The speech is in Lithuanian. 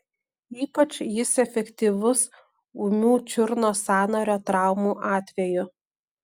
ypač jis efektyvus ūmių čiurnos sąnario traumų atveju